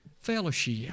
Fellowship